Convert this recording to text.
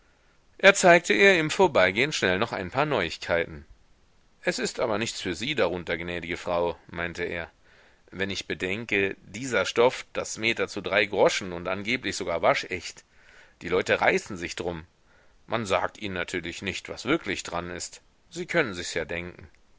er zeigte ihr im vorbeigehen schnell noch ein paar neuigkeiten es ist aber nichts für sie darunter gnädige frau meinte er wenn ich bedenke dieser stoff das meter zu drei groschen und angeblich sogar waschecht die leute reißen sich drum man sagt ihnen natürlich nicht was wirklich dran ist sie könnens sich ja denken